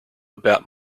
about